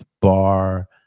bar